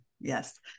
Yes